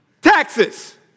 Taxes